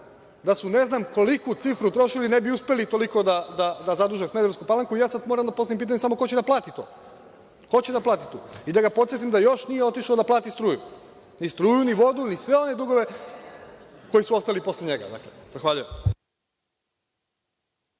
da su ne znam koliku cifru trošili ne bi uspeli toliko da zaduže Smederevsku Palanku. Sad moram da postavim pitanje samo ko će da plati to? I da ga podsetim da još nije otišao da plati struju, ni struju, ni vodu, ni sve one dugove koji su ostali posle njega. Zahvaljujem.